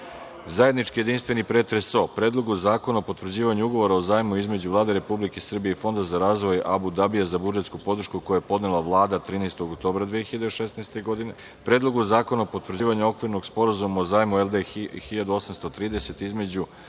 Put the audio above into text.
godine. Zajednički, jedinstveni, pretres o Predlogu zakona o potvrđivanju ugovora o zajmu između Vlade Republike Srbije i Fonda za razvoj Abu Dabija, za budžetsku podršku, koji je podnela Vlada 13. oktobra 2016, godine; Predlogu zakona o potvrđivanju okvirnog sporazuma o zajmu LD 1830 između